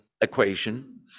equation